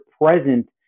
present